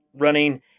running